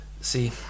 see